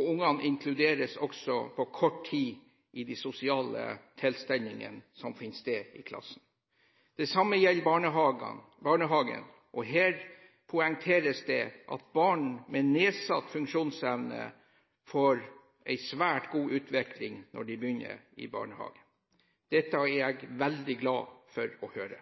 Ungene inkluderes også på kort tid i de sosiale tilstelningene som finner sted i klassen. Det samme gjelder barnehagen. Det poengteres at barn med nedsatt funksjonsevne får en svært god utvikling når de begynner i barnehage – det er jeg veldig glad for å høre.